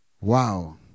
Wow